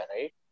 right